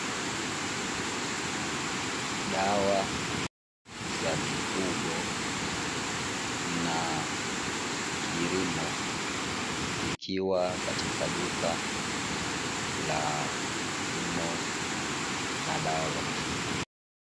Dawa za mifugo na kilimo zikiwa katika duka la kilimo na dawa za mifugo.